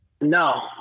No